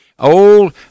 Old